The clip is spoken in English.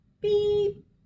beep